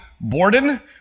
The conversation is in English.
Borden